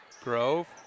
Grove